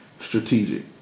strategic